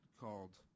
called